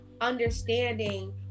understanding